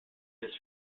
his